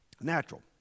Natural